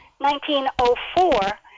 1904